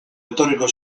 etorriko